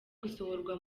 gusohorwa